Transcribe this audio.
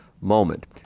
moment